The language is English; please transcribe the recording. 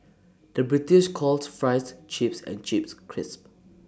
the British calls Fries Chips and Chips Crisps